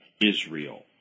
Israel